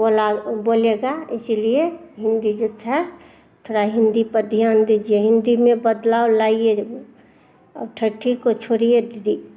बोला बोलेगा इसीलिए हिन्दी जो था थोड़ा हिन्दी पर ध्यान दीजिए हिन्दी में बदलाव लाइए और ठठी को छोड़िए दीदी